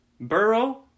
Burrow